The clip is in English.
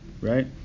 right